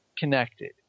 Connected